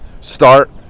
start